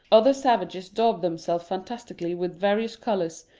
other savages daub themselves fantastically with various colours,